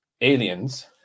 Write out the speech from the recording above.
aliens